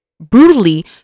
brutally